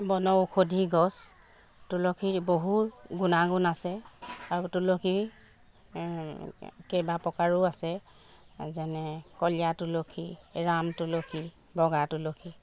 বনষৌধি গছ তুলসীৰ বহুত গুণাগুণ আছে আৰু তুলসী কেইবা প্ৰকাৰো আছে যেনে কলীয়া তুলসী ৰাম তুলসী বগা তুলসী